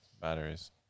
batteries